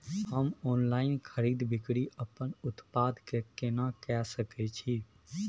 हम ऑनलाइन खरीद बिक्री अपन उत्पाद के केना के सकै छी?